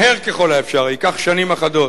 מהר ככל האפשר, ייקח שנים אחדות,